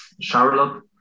charlotte